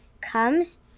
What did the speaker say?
comes